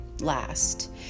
last